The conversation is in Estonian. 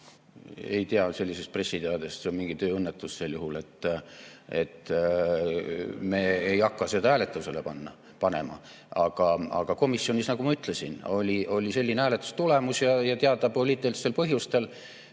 ei tea sellisest pressiteatest, see on mingi tööõnnetus sel juhul. Me ei hakka seda hääletusele panema, aga komisjonis, nagu ma ütlesin, oli selline hääletustulemus. Ja seda kõigile teada